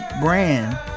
brand